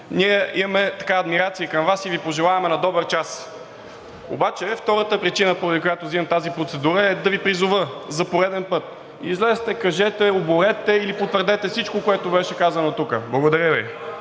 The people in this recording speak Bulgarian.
ние имаме адмирации към Вас и Ви пожелаваме: „На добър час!“ Обаче втората причина, поради която взимам тази процедура, е да Ви призова за пореден път: излезте, кажете, оборете или потвърдете всичко, което беше казано тук. Благодаря Ви.